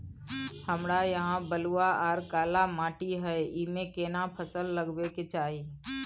हमरा यहाँ बलूआ आर काला माटी हय ईमे केना फसल लगबै के चाही?